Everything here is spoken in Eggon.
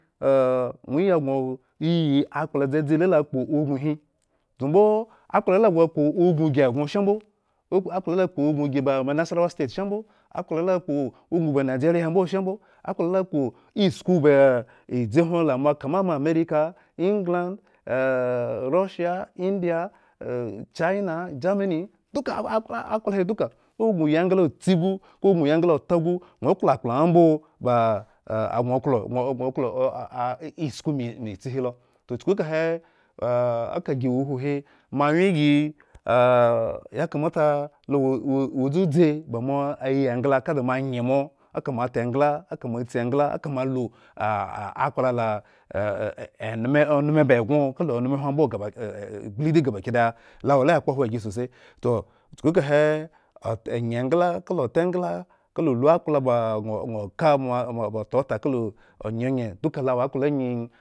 ŋwo yiya gŋo oyi akplo dzadzi la lakpo ubinhi dzumbo akpla la gŋo okpoibin gi egŋo shambo koko akpla la kpo ubin giba nasarawa state shambo koko akpla la kpo ubin ba nigeriya hembo shambo, akpla lakpo isku ba idzi hwon lamo kama mo amarika. Englad, rushiya, india. achina germany̱ duka akplo akpla duka ogŋo yi engla tsi gu ŋga gŋo yi engla ota gu ŋwo klo akplaŋha mbo ba agŋo klo isku me tsi hi lo. Toh chuku kahe kagi ewo uhuhi moawyengi yakamata lo wo wo dzudzi bamo ayi engla ka da moanye mo ekamo atengla. eka mo atsi engla aka mo alu akplala eneme oneme ba engŋo ka onumo hwo mbo gaba gbridigaba kidaya lo awo ala ya kpohwo agi sose, toh chuku kahe onye engla, kala ota engla, kaka lu akpla ba gŋo kababa ota kala onyeonye